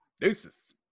Deuces